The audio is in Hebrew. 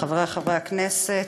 חברי חברי הכנסת,